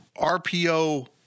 RPO